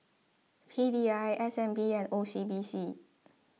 P D I S N B and O C B C